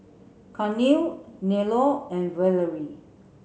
Carnell Nello and Valerie